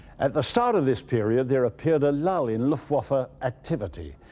at the start of this period there appeared a lull in luftwaffe ah activity.